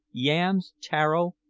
yams, taro,